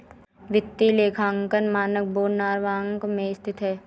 वित्तीय लेखांकन मानक बोर्ड नॉरवॉक में स्थित है